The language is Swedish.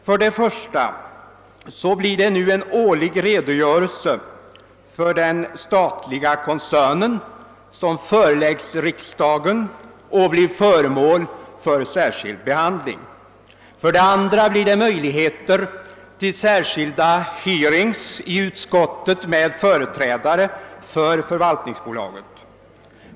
För det första ges det nu en årlig redogörelse för den statliga koncernen som föreläggs riksdagen och blir föremål för särskild behandling. För det andra ges det möjligheter till särskilda hearings i bankoutskottet med företrädare för förvaltningsbolaget.